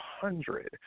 hundred